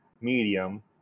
medium